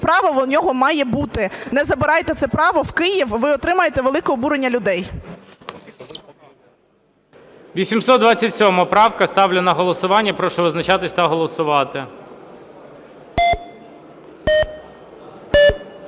право у нього має бути. Не забирайте це право в Київ, ви отримаєте велике обурення людей. ГОЛОВУЮЧИЙ. 827 правка. Ставлю на голосування. Прошу визначатись та голосувати.